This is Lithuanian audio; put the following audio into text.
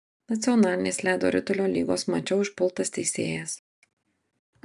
nacionalinės ledo ritulio lygos mače užpultas teisėjas